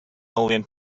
million